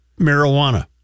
marijuana